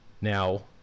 Now